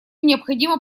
необходимо